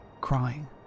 crying